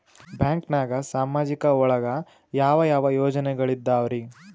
ಬ್ಯಾಂಕ್ನಾಗ ಸಾಮಾಜಿಕ ಒಳಗ ಯಾವ ಯಾವ ಯೋಜನೆಗಳಿದ್ದಾವ್ರಿ?